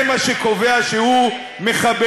זה מה שקובע שהוא מחבל.